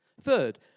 Third